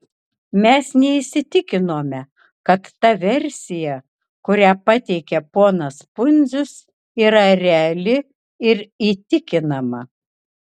mes neįsitikinome kad ta versija kurią pateikė ponas pundzius yra reali ir įtikinama